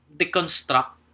deconstruct